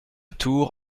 tour